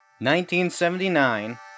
1979